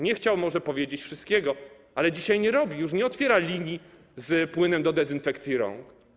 Nie chciał może powiedzieć wszystkiego, ale dzisiaj już nie otwiera linii z płynem do dezynfekcji rąk.